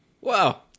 Wow